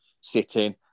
sitting